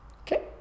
Okay